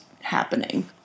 happening